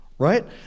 Right